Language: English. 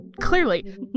Clearly